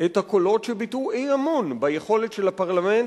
את הקולות שביטאו אי-אמון ביכולת של הפרלמנט,